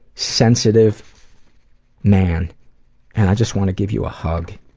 sensitive man and i just want to give you a hug.